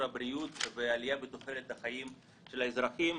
הבריאות ועלייה בתוחלת החיים של האזרחים.